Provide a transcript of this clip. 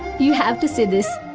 you have to see this.